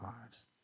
lives